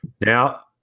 Now